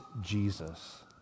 Jesus